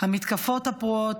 המתקפות הפרועות,